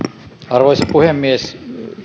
arvoisa puhemies